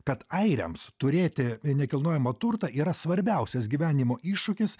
kad airiams turėti nekilnojamą turtą yra svarbiausias gyvenimo iššūkis